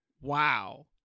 Wow